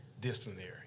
disciplinary